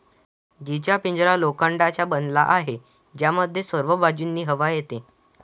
जीचा पिंजरा लोखंडाचा बनलेला आहे, ज्यामध्ये सर्व बाजूंनी हवा येते